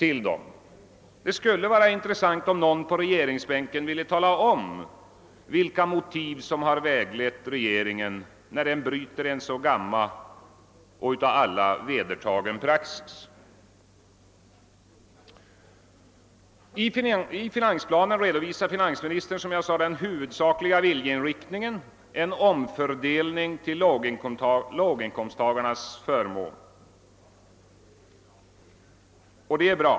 Det skulle nämligen vara intressant om någon inom regeringen vill tala om vilka motiv som väglett regeringen när den bröt en så gammal och av alla vedertagen praxis. I finansplanen redovisar som sagt finansministern den huvudsakliga viljeinriktningen, en omfördelning till låginkomsttagarnas förmån.